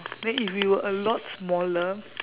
then if you were a lot smaller